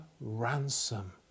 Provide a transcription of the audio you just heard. ransom